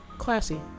Classy